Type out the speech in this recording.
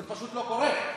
זה פשוט לא קורה.